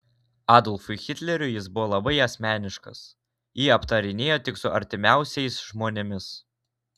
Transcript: adolfui hitleriui jis buvo labai asmeniškas jį aptarinėjo tik su artimiausiais žmonėmis